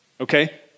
okay